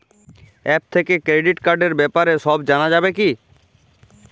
App থেকে credit কার্ডর ব্যাপারে সব জানা যাবে কি?